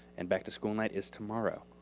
and back to school night is tomorrow.